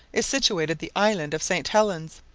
is situated the island of st. helens,